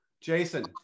Jason